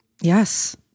Yes